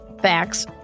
facts